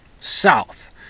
South